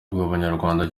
bw’abanyarwanda